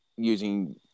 Using